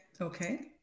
Okay